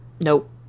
Nope